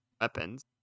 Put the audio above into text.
weapons